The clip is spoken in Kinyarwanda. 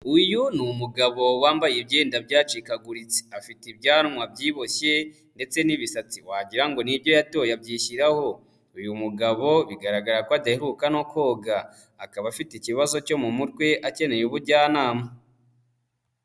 Uyu ni umugabo wambaye ibyenda byacikaguritse, afite ibyanwa byiboshye ndetse n'ibisatsi wagira ngo ni ibyo yatoya abyishyiraho, uyu mugabo bigaragara ko adaheruka no koga, akaba afite ikibazo cyo mu mutwe akeneye ubujyanama.